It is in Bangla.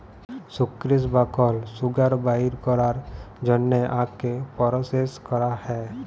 সুক্রেস বা কল সুগার বাইর ক্যরার জ্যনহে আখকে পরসেস ক্যরা হ্যয়